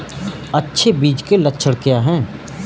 अच्छे बीज के लक्षण क्या हैं?